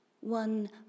One